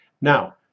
Now